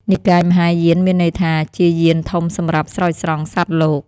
និកាយមហាយាន មានន័យថាជាយានធំសម្រាប់ស្រោចស្រង់សត្វលោក។